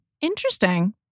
Interesting